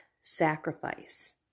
sacrifice